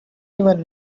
even